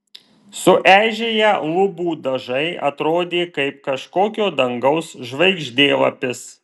sueižėję lubų dažai atrodė kaip kažkokio dangaus žvaigždėlapis